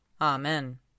Amen